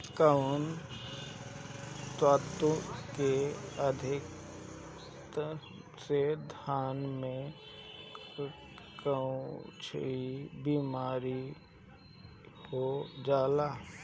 कौन तत्व के अधिकता से धान में कोनची बीमारी हो जाला?